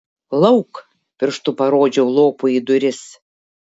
lauk pirštu parodžiau lopui į duris